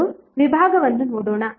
ಮೊದಲು ವಿಭಾಗವನ್ನು ನೋಡೋಣ